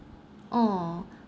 oh